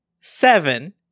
Seven